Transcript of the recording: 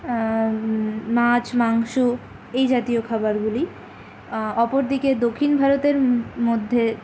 মাছ মাংস এই জাতীয় খাবারগুলি অপর দিকে দক্ষিণ ভারতের মধ্যে